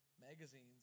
magazines